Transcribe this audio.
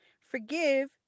Forgive